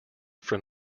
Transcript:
from